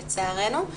לצערנו.